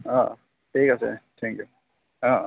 অঁ ঠিক আছে থেংক ইউ